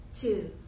Two